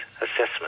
assessment